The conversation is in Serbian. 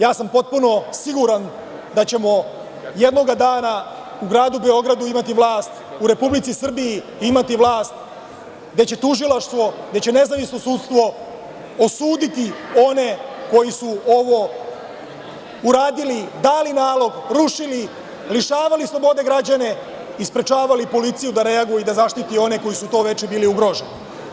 Ja sam potpuno siguran da ćemo jednog dana u gradu Beogradu imati vlast, u Republici Srbiji imati vlast gde će tužilaštvo, gde će nezavisno sudstvo osuditi one koji su ovo uradili, dali nalog, rušili, lišavali slobode građane i sprečavali policiju da reaguje i da zaštiti one koji su to veče bili ugroženi.